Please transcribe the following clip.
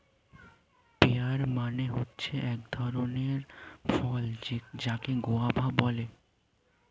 pair মানে হচ্ছে এক ধরণের ফল যাকে গোয়াভা বলে